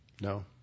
No